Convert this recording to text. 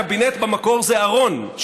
קבינט במקור זה ארון,